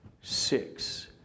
six